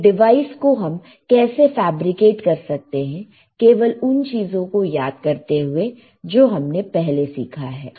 एक डिवाइस को हम कैसे फैब्रिकेट कर सकते हैं केवल उन चीजों को याद करते हुए जो हमने पहले सीखा है